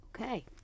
Okay